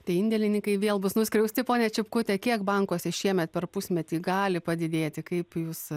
tai indėlininkai vėl bus nuskriausti ponia čipkute kiek bankuose šiemet per pusmetį gali padidėti kaip jūs